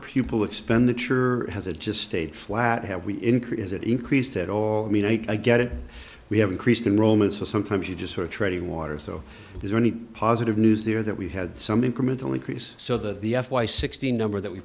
pupil expenditure has a just stayed flat have we increase has it increased at all i mean i get it we have increased in roman so sometimes you just sort of treading water so there's only positive news there that we had some incremental increase so that the f y sixteen number that we